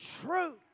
truth